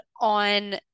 on